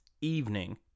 evening